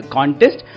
Contest